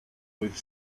with